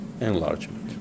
enlargement